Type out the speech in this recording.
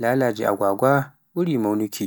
laage agwagwa buri mawnuki.